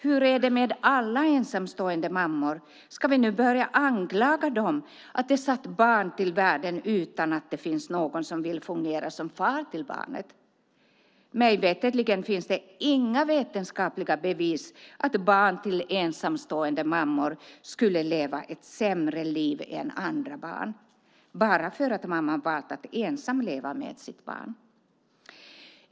Hur är det med alla ensamstående mammor - ska vi nu börja anklaga dem för att de satt barn till världen utan att det finns någon som vill fungera som far till barnet? Mig veterligen finns det inga vetenskapliga bevis för att barn till ensamstående mammor skulle leva ett sämre liv än andra barn bara för att mamman valt att leva ensam med sitt barn.